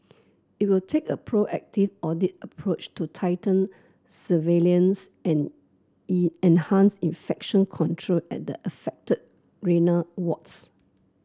it will take a proactive audit approach to tighten surveillance and an infection control at the affected renal wards